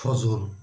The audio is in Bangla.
সজল